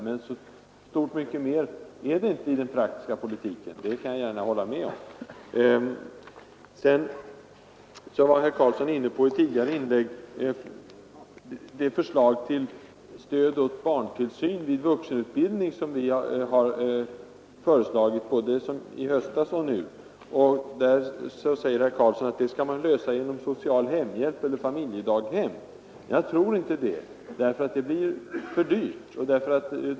Men jag kan gärna hålla med om att det inte skiljer så mycket i den praktiska politiken. Herr Karlsson var i ett tidigare inlägg inne på det förslag till stöd åt barntillsyn i samband med vuxenutbildningen som har lagts fram både i höstas och i år. Herr Karlsson säger att detta spörsmål skall lösas genom social hemhjälp eller genom familjedaghem. Jag tror inte att det är möjligt, eftersom det blir för dyrt.